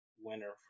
winner